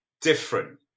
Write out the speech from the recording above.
different